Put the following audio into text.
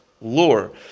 lore